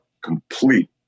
complete